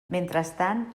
mentrestant